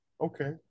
okay